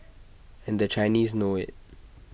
and the Chinese know IT